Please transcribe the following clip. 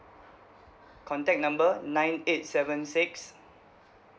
contact number nine eight seven six